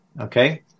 okay